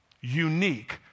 Unique